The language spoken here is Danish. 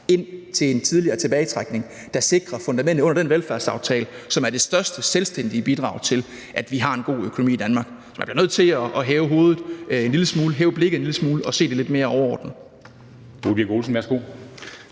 at få en tidligere tilbagetrækning, der sikrer fundamentet under den velfærdsaftale, som er det største selvstændige bidrag til, at vi har en god økonomi i Danmark. Så man bliver nødt til at hæve hovedet en lille smule og hæve blikket en lille smule og se det lidt mere overordnet.